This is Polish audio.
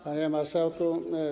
Panie Marszałku!